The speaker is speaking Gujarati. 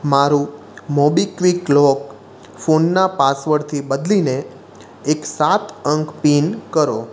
મારું મોબીક્વિક લોક ફોનના પાસવર્ડથી બદલીને એક સાત અંક પીન કરો